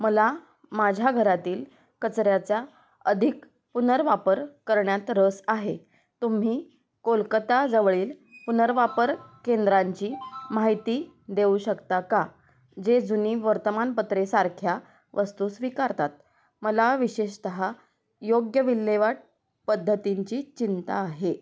मला माझ्या घरातील कचऱ्याचा अधिक पुनर्वापर करण्यात रस आहे तुम्ही कोलकता जवळील पुनर्वापर केंद्रांची माहिती देऊ शकता का जे जुनी वर्तमानपत्रे सारख्या वस्तू स्वीकारतात मला विशेषतः योग्य विल्हेवाट पद्धतींची चिंता आहे